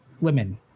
women